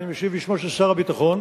אני משיב בשמו של שר הביטחון